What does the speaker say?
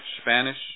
Spanish